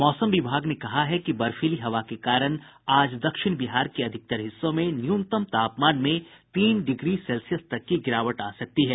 मौसम विभाग ने कहा है कि बर्फीली हवा के कारण आज दक्षिण बिहार के अधिकतर हिस्सों में न्यूनतम तापमान में तीन डिग्री सेल्सियस तक की गिरावट आ सकती है